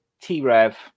T-Rev